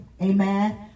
amen